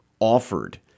offered